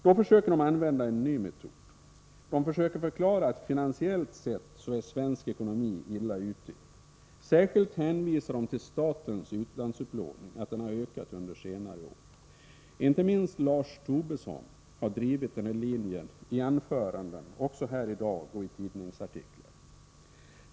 De försöker då använda en ny metod: De försöker förklara att svensk ekonomi finansiellt sett är illa ute. Särskilt hänvisar de till att statens utlandsupplåning ökat under senare år. Inte minst har Lars Tobisson drivit denna linje i sitt anförande här i dag och i tidningsartiklar.